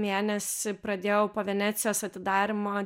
mėnesį pradėjau po venecijos atidarymą